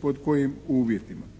pod kojim uvjetima.